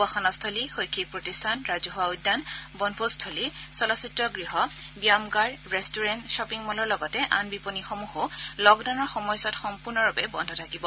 উপসনাখলী শৈক্ষিক প্ৰতিষ্ঠান ৰাজহুৱা উদ্যান বনভোজ থলী চলচিত্ৰ গৃহ ব্যায়ামগাৰ বেষ্টুৰেণ্ট খপিং ম'লৰ লগতে আন বিপণীসমূহো লকডাউনৰ সময়ছোৱাত সম্পূৰ্ণৰূপে বন্ধ থাকিব